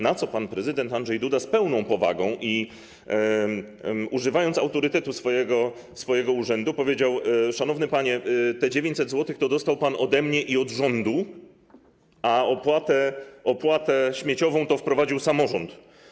Na co pan prezydent Andrzej Duda z pełną powagą, używając autorytetu swojego urzędu, powiedział: Szanowny panie, 900 zł to dostał pan ode mnie i od rządu, a opłatę śmieciową to wprowadził samorząd.